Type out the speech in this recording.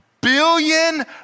billion